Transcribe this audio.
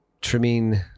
trimming